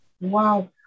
wow